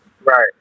right